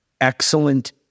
excellent